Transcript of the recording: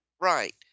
Right